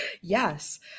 Yes